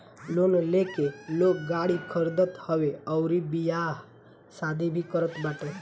loan लेके लोग गाड़ी खरीदत हवे अउरी बियाह शादी भी करत बाटे